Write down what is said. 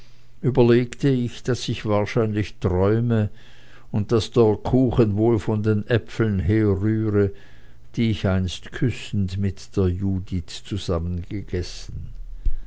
überlegte ich daß ich wahrscheinlich träume und daß der kuchen wohl von den äpfeln herrühre die ich einst küssend mit der judith